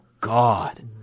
god